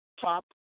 top